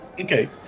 Okay